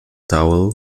towel